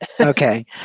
Okay